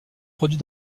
produit